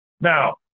now